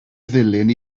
ddulyn